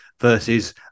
Versus